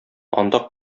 анда